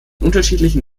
unterschiedlichen